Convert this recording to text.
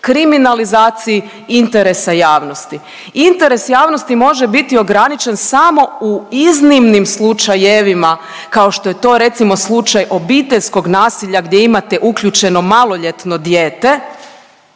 Kriminalizaciji interesa javnosti. Interes javnosti može biti ograničen samo u iznimnim slučajevima kao što je to recimo slučaj obiteljskog nasilja gdje imate uključeno maloljetno dijete